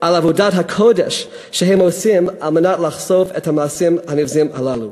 על עבודת הקודש שהם עושים על מנת לחשוף את המעשים הנבזיים הללו.